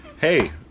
Hey